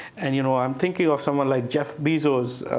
and you know i'm thinking of someone like jeff bezos.